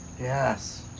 Yes